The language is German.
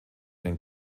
den